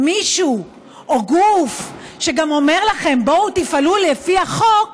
מישהו או גוף שגם אומר לכם: תפעלו לפי החוק,